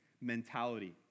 mentality